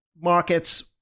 markets